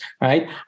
Right